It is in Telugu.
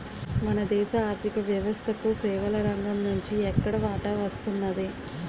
మన దేశ ఆర్ధిక వ్యవస్థకు సేవల రంగం నుంచి ఎక్కువ వాటా వస్తున్నది